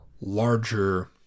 larger